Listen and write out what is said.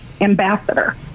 ambassador